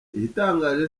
igitangaje